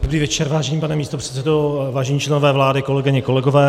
Dobrý večer, vážený pane místopředsedo, vážení členové vlády, kolegyně, kolegové.